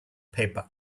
paper